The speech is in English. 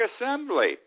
assembly